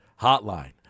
hotline